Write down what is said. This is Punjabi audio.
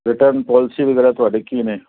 ਰਿਟਰਨ ਪੋਲਿਸੀ ਵਗੈਰਾ ਤੁਹਾਡੇ ਕੀ ਨੇ